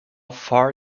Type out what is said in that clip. far